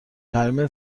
ترمیم